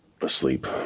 asleep